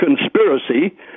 conspiracy